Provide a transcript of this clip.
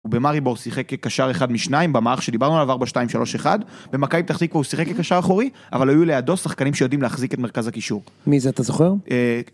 במאריבור הוא שיחק כקשר אחד משניים במערך שדיברנו עליו, 4-2-3-1, במכבי פתח תקווה הוא שיחק כקשר אחורי, אבל היו לידו שחקנים שיודעים להחזיק את מרכז הקישור. -מי זה, אתה זוכר?